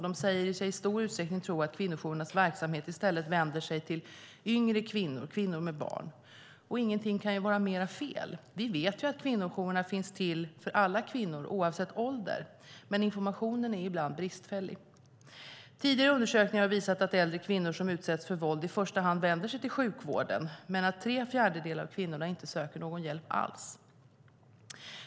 De säger sig i stor utsträckning tro att kvinnojourernas verksamhet i stället vänder sig till yngre kvinnor, kvinnor med barn. Ingenting kan vara mer fel. Vi vet att kvinnojourerna finns till för alla kvinnor, oavsett ålder, men informationen är ibland bristfällig. Tidigare undersökningar har visat att äldre kvinnor som utsätts för våld i första hand vänder sig till sjukvården men att tre fjärdedelar av kvinnorna inte söker någon hjälp alls.